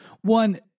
One